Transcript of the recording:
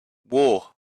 war